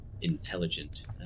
intelligent